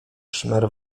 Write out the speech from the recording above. szmer